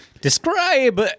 Describe